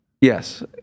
Yes